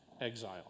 exile